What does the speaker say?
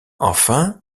enfin